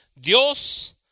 Dios